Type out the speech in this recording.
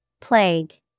Plague